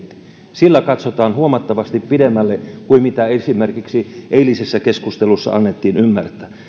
sillä katsotaan huomattavasti pidemmälle kuin mitä esimerkiksi eilisessä keskustelussa annettiin ymmärtää